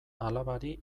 alabari